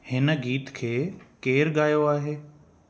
हिन गीत खे केरु गायो आहे